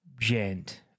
gent